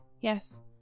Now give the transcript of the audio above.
Yes